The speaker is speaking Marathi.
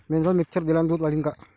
मिनरल मिक्चर दिल्यानं दूध वाढीनं का?